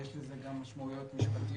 יש לזה גם משמעותיות משפטיות.